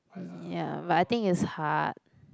ya but I think it's hard